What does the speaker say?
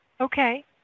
okay